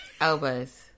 Elbows